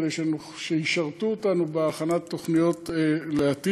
כדי שהם ישרתו אותנו בהכנת תוכניות לעתיד,